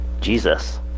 Jesus